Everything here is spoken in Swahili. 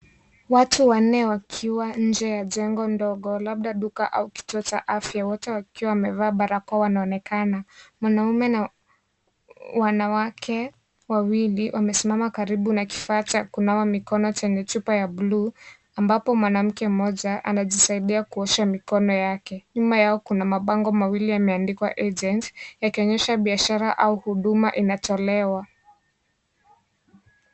Watu wanne wakiwa nje ya jengo ndogo labda duka au kituo cha afya. Wote wakiwa wamevaa barakoa wanaonekana. Mwanaume na wanawake wawili wamesimama karibu na kifaa cha kunawa mikono chenye chupa ya bluu. Ambapo mwanamke mmoja anajisaidia kuosha mikono yake. Nyuma yao kuna mapango mawili yameandikwa agent yakionyasha biashara au huduma inatolewa .